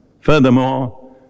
Furthermore